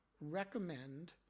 recommend